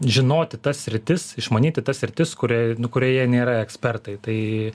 žinoti tas sritis išmanyti tas sritis kuria kurioje nėra ekspertai tai